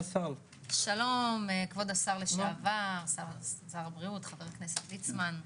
שלום, כבוד שר הבריאות לשעבר, חבר הכנסת ליצמן.